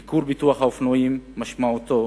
ייקור ביטוח האופנועים משמעותו